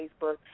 Facebook